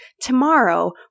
tomorrow